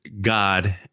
God